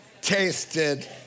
tasted